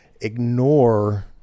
Ignore